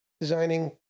designing